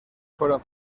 fueron